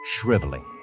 shriveling